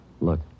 Look